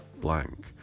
blank